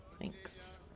Thanks